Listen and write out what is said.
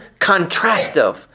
contrastive